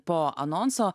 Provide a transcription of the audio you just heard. po anonso